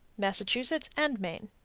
massachusetts and maine.